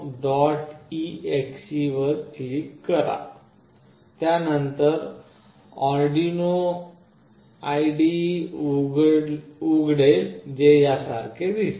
exe वर click करा त्यानंतर आर्डिनो IDE उघडेल जे यासारखे दिसते